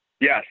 Yes